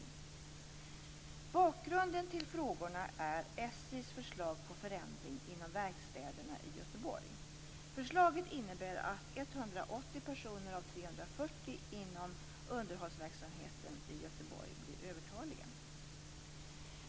Bakgrunden till frågorna är SJ:s förslag om förändring inom verkstäderna i Göteborg. Förslaget innebär att 180 personer av 340 inom underhållsverksamheten i Göteborg blir övertaliga.